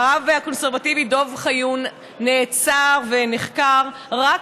הרב הקונסרבטיבי דב חיון נעצר ונחקר רק